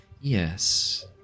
Yes